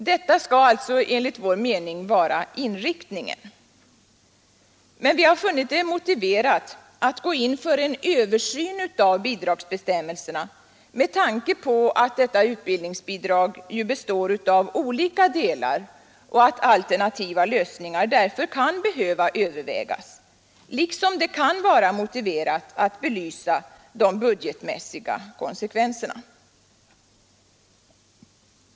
Det skall alltså enligt vår mening vara inriktningen. Men vi har funnit det motiverat att gå in för en översyn av bidragsbestämmelserna med tanke på att utbildningsbidraget består av olika delar och att alternativa lösningar därför kan behöva övervägas liksom det kan vara motiverat att belysa de budgetmässiga konsekvenserna.